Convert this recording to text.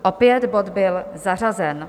Opět bod byl zařazen.